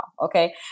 Okay